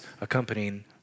accompanying